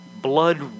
blood